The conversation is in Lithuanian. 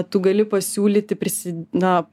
tu gali pasiūlyti prisi na